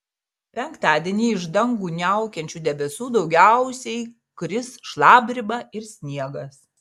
penktadienį iš dangų niaukiančių debesų daugiausiai kris šlapdriba ir sniegas